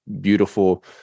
beautiful